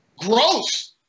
gross